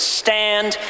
stand